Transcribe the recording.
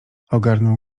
ogarnął